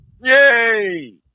Yay